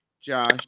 Josh